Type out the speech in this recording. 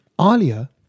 Alia